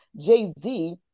jay-z